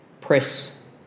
press